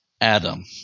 Adam